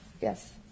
Yes